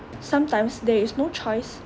sometimes there is no choice